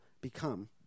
become